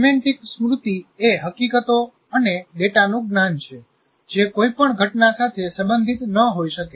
semantic સ્મૃતિએ હકીકતો અને ડેટાનું જ્ઞાન છે જે કોઈ પણ ઘટના સાથે સંબંધિત ન હોઈ શકે